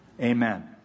Amen